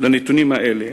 לנתונים האלה,